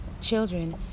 Children